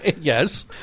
Yes